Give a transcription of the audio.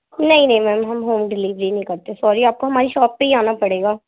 نہیں نہیں میم ہم ہوم ڈلیوری نہیں کرتے سوری آپ کو ہماری شاپ پہ ہی آنا پڑے گا